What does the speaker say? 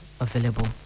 available